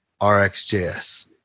rxjs